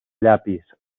llapis